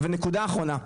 נקודה אחרונה,